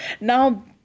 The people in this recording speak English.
Now